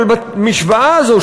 אבל במשוואה הזאת,